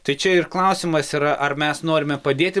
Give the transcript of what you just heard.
tai čia ir klausimas yra ar mes norime padėti